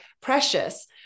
precious